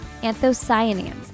anthocyanins